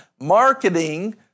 marketing